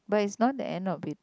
but is the end of it